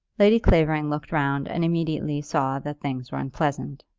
lady clavering looked round and immediately saw that things were unpleasant.